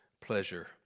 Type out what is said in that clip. pleasure